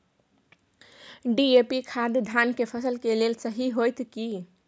DAP खाद धान के फसल के लेल सही होतय की?